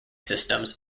systems